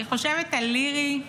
אני חושבת על לירי,